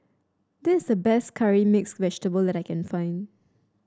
this is the best Curry Mixed Vegetable that I can find